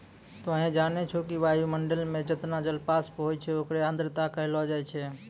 तोहं जानै छौ कि वायुमंडल मं जतना जलवाष्प होय छै होकरे आर्द्रता कहलो जाय छै